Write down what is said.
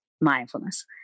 mindfulness